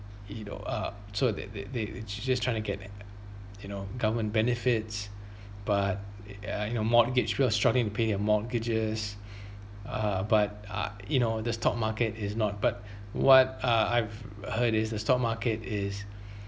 you know uh so that they they just trying to get you know government benefits but uh you know mortgage people are struggling to pay their mortgages uh but uh you know the stock market is not but what uh I've heard is the stock market is